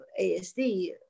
ASD